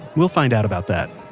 we'll find out about that,